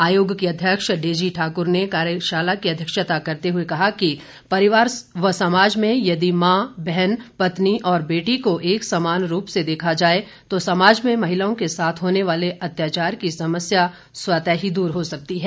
आयोग की अध्यक्ष डेजी ठाकर ने कार्यशाला की अध्यक्षता करते हए कहा परिवार व समाज में यदि मां बहन पत्नी और बेटी को एक समान रूप से देखा जाए तो समाज में महिलाओं के साथ होने वाले अत्याचार की समस्या स्वतः ही दूर हो सकती है